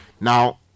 Now